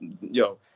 yo